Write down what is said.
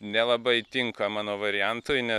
nelabai tinka mano variantui nes